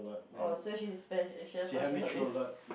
oh so she special cause she help you